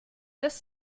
das